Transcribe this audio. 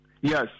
yes